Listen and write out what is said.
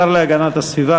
השר להגנת הסביבה,